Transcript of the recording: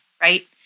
right